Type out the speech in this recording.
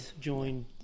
joined